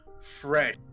fresh